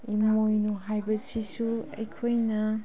ꯏꯃꯣꯏꯅꯨ ꯍꯥꯏꯕꯁꯤꯁꯨ ꯑꯩꯈꯣꯏꯅ